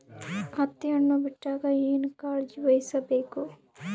ಹತ್ತಿ ಹಣ್ಣು ಬಿಟ್ಟಾಗ ಏನ ಕಾಳಜಿ ವಹಿಸ ಬೇಕು?